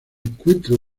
encuentra